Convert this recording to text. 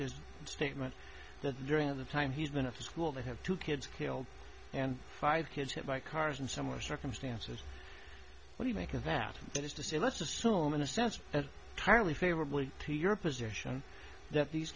his statement that during the time he's been at the school they have two kids killed and five kids hit by cars in similar circumstances what he make of that is to say let's assume in a sense partly favorably to your position that these